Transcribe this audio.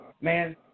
Man